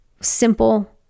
simple